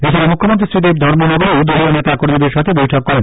এছাড়া মুখ্যমন্ত্রী শ্রী দেব ধর্মনগরেও দলীয় নেতাকর্মীদের সাথে বৈঠক করেন